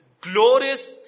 glorious